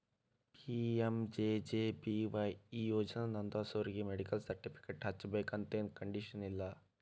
PMJJBY ಈ ಯೋಜನಾ ನೋಂದಾಸೋರಿಗಿ ಮೆಡಿಕಲ್ ಸರ್ಟಿಫಿಕೇಟ್ ಹಚ್ಚಬೇಕಂತೆನ್ ಕಂಡೇಶನ್ ಇಲ್ಲ